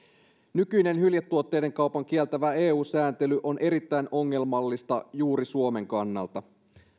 nykyinen hyljetuotteiden kaupan kieltävä eu sääntely on erittäin ongelmallista juuri suomen kannalta